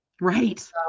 right